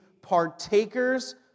partakers